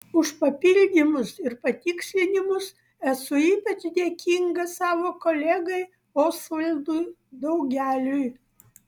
už papildymus ir patikslinimus esu ypač dėkinga savo kolegai osvaldui daugeliui